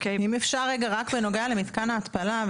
אם אפשר רגע רק בנוגע למתקן ההתפלה.